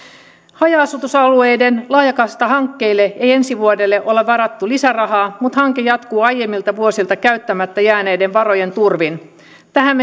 haja asutusalueiden laajakaistahankkeille ei ensi vuodelle olla varattu lisärahaa mutta hanke jatkuu aiemmilta vuosilta käyttämättä jääneiden varojen turvin tähän